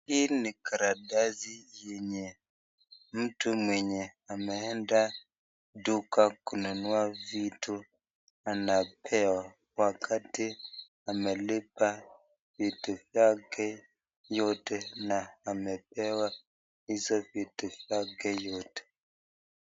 Hii ni kararatsi yenye mtu mwenye ameenda duka kununua vitu anapewa, wakati amelipa vitu vyake yote na amepewa hizo vitu vyake yote.